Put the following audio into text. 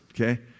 okay